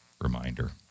reminder